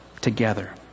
together